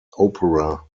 opera